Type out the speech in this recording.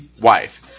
wife